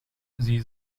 sie